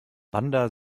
bandar